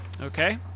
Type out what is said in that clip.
Okay